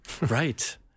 Right